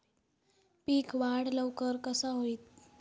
पीक वाढ लवकर कसा होईत?